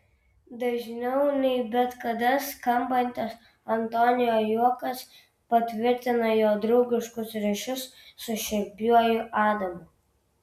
dažniau nei bet kada skambantis antonio juokas patvirtina jo draugiškus ryšius su šiurpiuoju adamu